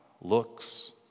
looks